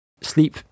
sleep